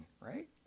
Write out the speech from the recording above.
right